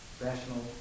rational